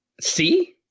See